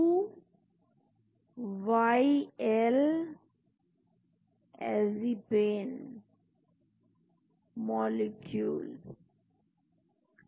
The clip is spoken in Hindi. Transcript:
तो एक साधारण उदाहरण के तौर पर फैक्टर Xa जो कि एक महत्वपूर्ण तत्व है कोआगूलेशन कास्केट का और फैक्टर Xa इनहीबीटर्स की ओरली अवेलेबल एंटीथ्रांबोटिक एजेंट की तरह संरचना की गई है